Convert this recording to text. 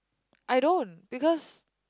I don't because